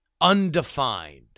undefined